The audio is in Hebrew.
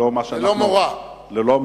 ללא מורא.